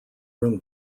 room